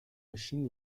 machine